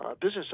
business